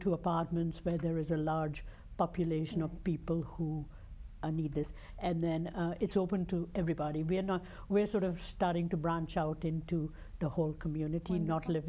to apartments where there is a large population of people who need this and then it's open to everybody we're not we're sort of starting to branch out into the whole community not li